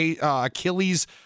Achilles